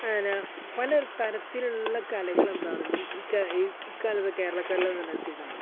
അങ്ങനെ പല തരത്തിലുള്ള കലകളെന്താണ് ഈ ഈ ഇക്കാലത്ത് കേരളക്കരയിൽത്തന്നെ എത്തിയിട്ടുണ്ട്